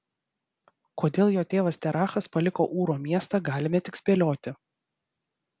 kodėl jo tėvas terachas paliko ūro miestą galime tik spėlioti